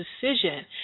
decision